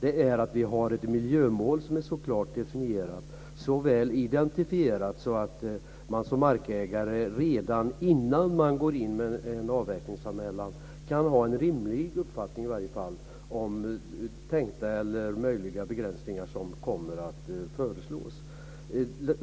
är att vi har ett miljömål som är så klart definierat och så väl identifierat att man som markägare redan innan man går in med en avverkningsanmälan kan ha en rimlig uppfattning om tänkta eller möjliga begränsningar som kommer att föreslås.